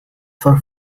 for